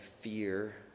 fear